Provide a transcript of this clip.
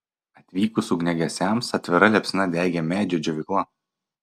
atvykus ugniagesiams atvira liepsna degė medžio džiovykla